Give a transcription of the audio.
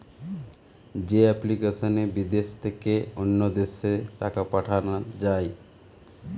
যে এপ্লিকেশনে বিদেশ থেকে অন্য দেশে টাকা পাঠান যায়